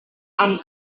amb